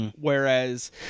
Whereas